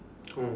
oh